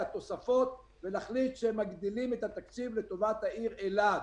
תוספות ולהחליט שמגדילים את התקציב לטובת העיר אילת